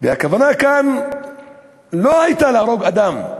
והכוונה כאן לא הייתה להרוג אדם,